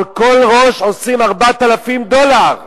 על כל ראש עושים 4,000 דולר.